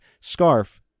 Scarf